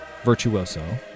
virtuoso